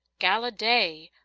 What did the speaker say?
gala day!